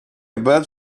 above